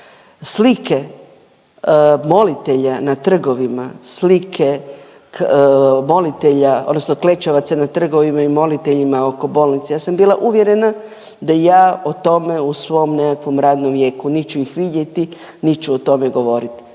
Slike molitelja na trgovima, slike molitelja odnosno klečavaca na trgovima i moliteljima oko bolnice ja sam bila uvjerena da ja u tome u svom nekakvom radnom vijeku nit ću ih vidjeti nit ću o tome govorit,